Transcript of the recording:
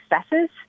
successes